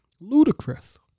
Ludicrous